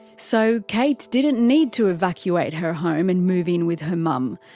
so kate didn't need to evacuate her home and move in with her mum.